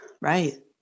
Right